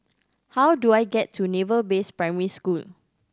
how do I get to Naval Base Primary School